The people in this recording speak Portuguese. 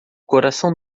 coração